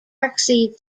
exceed